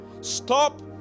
Stop